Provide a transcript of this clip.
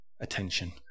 attention